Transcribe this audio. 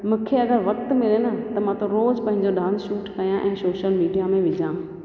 मूंखे अगरि वक़्तु मिले न त मां त रोज़ु पंहिंजो डांस शूट कयां ऐं सोशल मिडिया में विझां